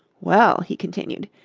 well, he continued,